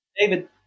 david